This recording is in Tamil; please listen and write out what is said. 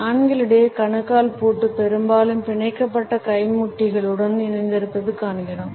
ஆண்களிடையே கணுக்கால் பூட்டு பெரும்பாலும் பிணைக்கப்பட்ட கைமுட்டிகளுடன் இணைந்திருப்பதைக் காண்கிறோம்